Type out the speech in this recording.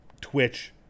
Twitch